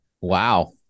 Wow